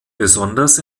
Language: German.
besonders